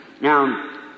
Now